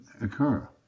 occur